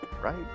right